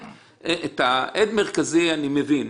עד מרכזי אני מבין.